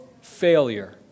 failure